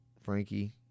Frankie